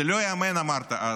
זה לא ייאמן, אמרת אז.